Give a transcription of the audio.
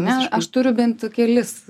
na aš turiu bent kelis